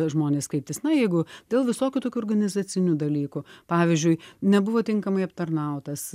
žmonės kreiptis na jeigu dėl visokių tokių organizacinių dalykų pavyzdžiui nebuvo tinkamai aptarnautas